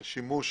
של שימוש